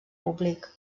públic